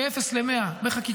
בין אפס ל-100 בחקיקה,